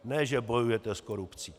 Ne že bojujete s korupcí.